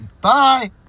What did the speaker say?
Bye